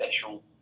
special